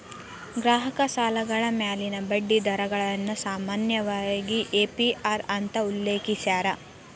ಗ್ರಾಹಕ ಸಾಲಗಳ ಮ್ಯಾಲಿನ ಬಡ್ಡಿ ದರಗಳನ್ನ ಸಾಮಾನ್ಯವಾಗಿ ಎ.ಪಿ.ಅರ್ ಅಂತ ಉಲ್ಲೇಖಿಸ್ಯಾರ